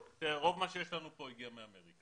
רוב מה שיש לנו כאן הגיע מאמריקה.